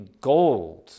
gold